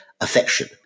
affection